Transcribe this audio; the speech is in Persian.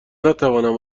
نتوانم